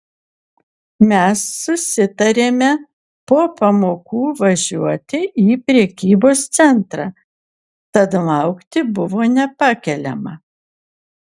mes susitarėme po pamokų važiuoti į prekybos centrą tad laukti buvo nepakeliama